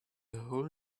whole